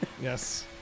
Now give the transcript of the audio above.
Yes